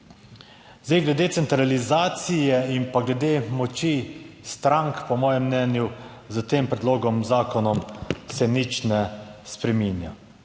Zdaj, glede centralizacije in pa glede moči strank po mojem mnenju s tem predlogom zakona se nič ne spreminja.